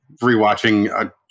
rewatching